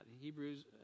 Hebrews